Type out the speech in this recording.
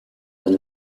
when